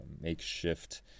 makeshift